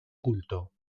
culto